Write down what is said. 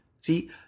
See